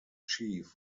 chief